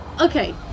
okay